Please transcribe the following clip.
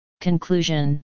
Conclusion